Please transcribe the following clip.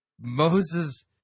Moses